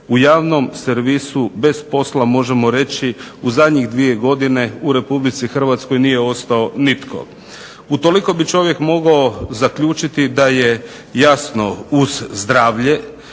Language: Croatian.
U javnom servisu bez posla možemo reći u zadnjih dvije godine u RH nije ostao nitko. Utoliko bi čovjek mogao zaključiti da je jasno uz zdravlje